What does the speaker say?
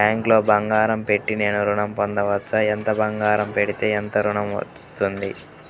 బ్యాంక్లో బంగారం పెట్టి నేను ఋణం పొందవచ్చా? ఎంత బంగారం పెడితే ఎంత ఋణం వస్తుంది?